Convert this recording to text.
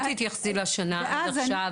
תתייחסי לשנה עד עכשיו.